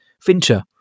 fincher